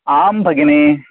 आम् भगिनी